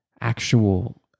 actual